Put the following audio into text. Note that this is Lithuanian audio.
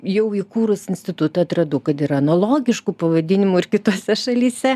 jau įkūrus institutą atradau kad ir analogišku pavadinimu ir kitose šalyse